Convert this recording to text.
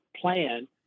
plan